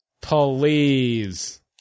Please